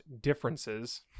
differences